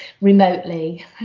remotely